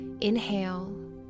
Inhale